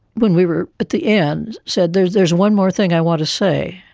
when we were at the end, said, there's there's one more thing i want to say.